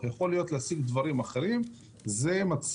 שיש